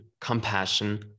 compassion